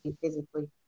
physically